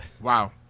Wow